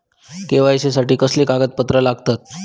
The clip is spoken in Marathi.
के.वाय.सी साठी कसली कागदपत्र लागतत?